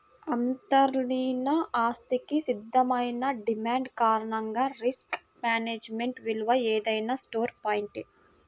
అంతర్లీన ఆస్తికి స్థిరమైన డిమాండ్ కారణంగా రిస్క్ మేనేజ్మెంట్ విలువ ఏదైనా స్టోర్ పాయింట్